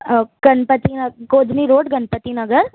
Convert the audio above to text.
गणपती नग गोधनी रोड गणपती नगर